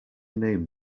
name